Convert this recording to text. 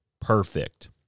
perfect